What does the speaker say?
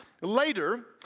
Later